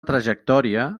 trajectòria